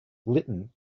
litton